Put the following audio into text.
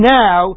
now